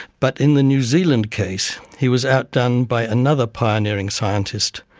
but in the new zealand case, he was outdone by another pioneering scientist,